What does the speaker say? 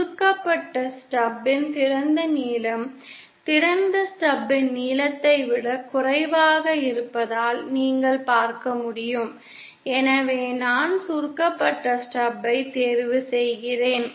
சுருக்கப்பட்ட ஸ்டப்பின் திறந்த நீளம் திறந்த ஸ்டபின் நீளத்தை விட குறைவாக இருப்பதால் நீங்கள் பார்க்க முடியும் எனவே நான் சுருக்கப்பட்ட ஸ்டப்பை தேர்வு செய்கிறேன்